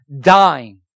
dying